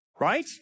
right